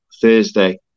Thursday